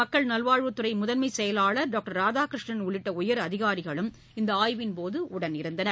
மக்கள் நல்வாழ்வுத்துறை முதன்மைச் செயலாளர் டாக்டர் ராதாகிருஷ்ணன் உள்ளிட்ட உயர் அதிகாரிகளும் இந்த ஆய்வின்போது உடனிருந்தனர்